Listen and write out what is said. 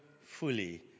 fully